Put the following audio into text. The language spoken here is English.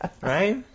right